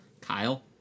kyle